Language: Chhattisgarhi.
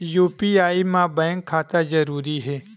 यू.पी.आई मा बैंक खाता जरूरी हे?